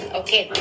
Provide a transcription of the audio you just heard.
okay